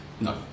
no